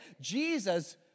Jesus